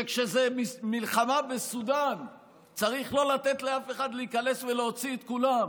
שכשזה מלחמה בסודאן צריך לא לתת לאף אחד להיכנס ולהוציא את כולם,